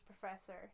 professor